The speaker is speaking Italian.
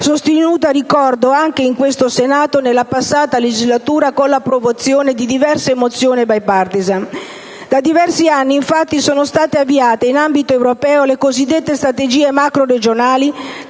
sostenuta, ricordo, anche qui in Senato nella precedente legislatura con l'approvazione di diverse mozioni *bipartisan*. Da diversi anni, infatti, sono state avviate in ambito europeo le cosiddette strategie macroregionali